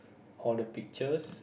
all the pictures